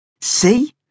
See